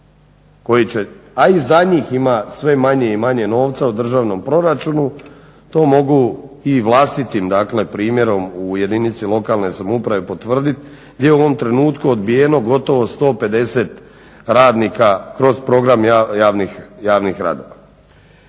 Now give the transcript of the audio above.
a i za njih ima sve manje i manje novca u državnom proračunu, to mogu i vlastitim dakle, primjerom u jedinici lokalne samouprave potvrdit, gdje u ovom trenutku odbijeno gotovo 150 radnika kroz program javnih radova.